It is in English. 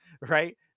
right